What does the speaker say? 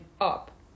up